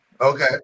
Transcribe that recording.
Okay